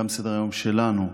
גם סדר-היום שלנו,